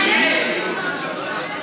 מה קרה?